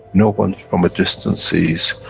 no one from a distance sees,